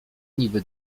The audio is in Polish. niby